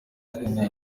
bene